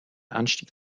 anstieg